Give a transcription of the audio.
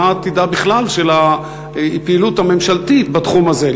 מה עתידה בכלל של הפעילות הממשלתית בתחום הזה.